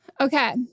Okay